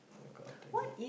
that kind of thing